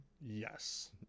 Yes